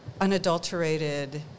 unadulterated